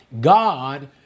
God